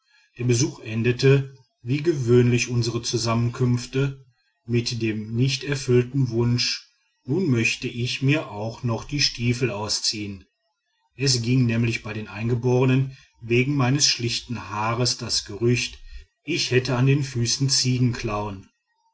der besuch endete wie gewöhnlich unsere zusammenkünfte mit dem nicht erfüllten wunsch nun möchte ich mir auch noch die stiefel ausziehen es ging nämlich bei den eingeborenen wegen meines schlichten haars das gerücht ich hätte an den füßen